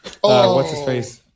what's-his-face